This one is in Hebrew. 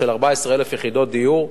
של 14,000 יחידות דיור בראש-העין.